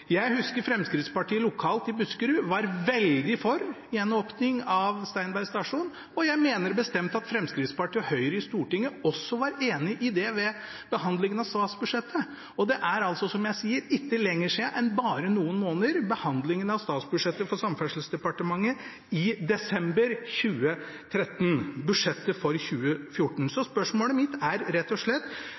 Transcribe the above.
Jeg husker at Fremskrittspartiet lokalt i Buskerud var veldig for gjenåpning av Steinberg stasjon. Jeg mener bestemt at Fremskrittspartiet og Høyre i Stortinget også var enig i det ved behandlingen av statsbudsjettet, og det er altså, som jeg sier, ikke lenger sida enn bare noen måneder, under behandlingen av statsbudsjettet for Samferdselsdepartementet i desember 2013 av budsjettet for 2014. Så spørsmålet mitt er rett og slett: